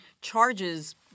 charges